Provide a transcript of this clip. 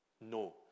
No